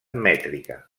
mètrica